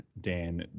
Dan